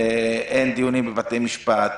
אין דיונים בבתי משפט,